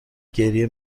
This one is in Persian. گریه